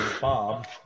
Bob